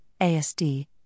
ASD